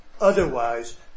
Otherwise